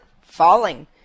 falling